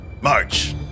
March